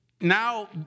now